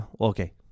okay